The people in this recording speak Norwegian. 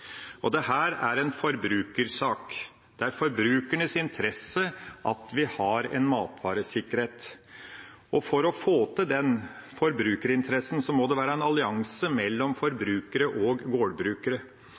er en forbrukersak. Det er i forbrukernes interesse at vi har en matvaresikkerhet. For å få til den forbrukerinteressen må det være en allianse mellom forbrukere og gårdbrukere.